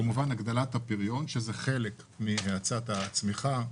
כמובן הגדלת הפריון שזה חלק מהאצת הצמיחה,